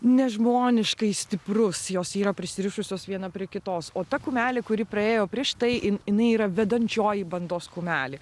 nežmoniškai stiprus jos yra prisirišusios viena prie kitos o ta kumelė kuri praėjo prieš tai in jinai yra vedančioji bandos kumelė